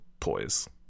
toys